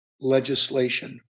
legislation